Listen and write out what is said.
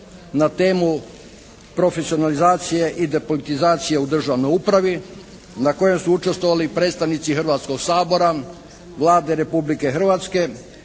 na temu profesionalizacije i depolitizacije u državnoj upravi na kojem su učestvovali i predstavnici Hrvatskog sabora, Vlade Republike Hrvatske,